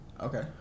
Okay